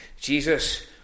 Jesus